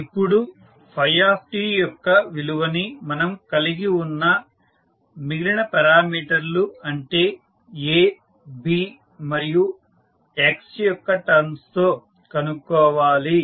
ఇప్పుడు t యొక్క విలువని మనం కలిగి ఉన్న మిగిలిన పారామీటర్ లు అంటే A B మరియు x యొక్క టర్మ్స్ లో కనుక్కోవాలి